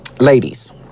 Ladies